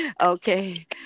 Okay